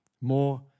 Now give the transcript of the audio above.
more